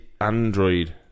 Android